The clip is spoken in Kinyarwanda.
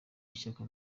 ishyaka